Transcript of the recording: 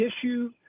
issue